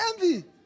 Envy